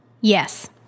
Yes